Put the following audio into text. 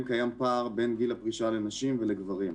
קיים פער בין גיל הפרישה לנשים ולגברים.